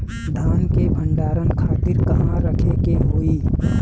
धान के भंडारन खातिर कहाँरखे के होई?